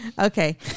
Okay